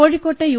കോഴിക്കോട്ടെ യു